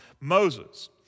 Moses